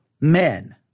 men